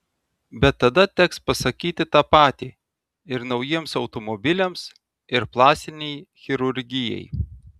bet tada teks pasakyti tą patį ir naujiems automobiliams ir plastinei chirurgijai